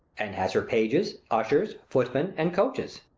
and has her pages, ushers, footmen, and coaches